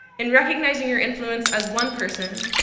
in recognizing your influence as one person,